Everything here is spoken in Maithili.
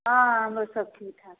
हँ हमरोसब ठीकठाक हइ